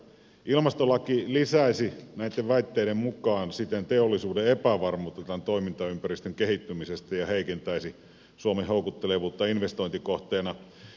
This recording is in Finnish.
ilmastolaki lisäisi näitten väitteiden mukaan siten teollisuuden epävarmuutta tämän toimintaympäristön kehittymisestä ja heikentäisi suomen houkuttelevuutta investointikohteena